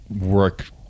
work